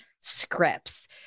scripts